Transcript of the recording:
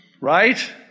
right